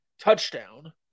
touchdown